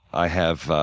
i have